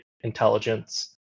intelligence